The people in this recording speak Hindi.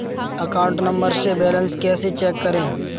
अकाउंट नंबर से बैलेंस कैसे चेक करें?